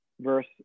verse